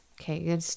Okay